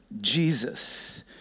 Jesus